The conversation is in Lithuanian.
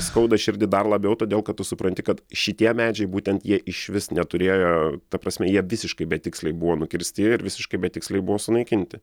skauda širdį dar labiau todėl kad tu supranti kad šitie medžiai būtent jie išvis neturėjo ta prasme jie visiškai betiksliai buvo nukirsti ir visiškai betiksliai buvo sunaikinti